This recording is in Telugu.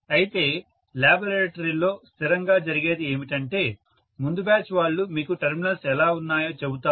అయితే లాబొరేటరీలో స్థిరంగా జరిగేది ఏమిటంటే ముందు బ్యాచ్ వాళ్లు మీకు టెర్మినల్స్ ఎలా ఉన్నాయో చెబుతారు